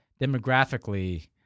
demographically